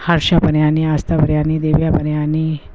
Harsha Pariyani Aastha Pariyani Divya Pariyani